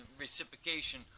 reciprocation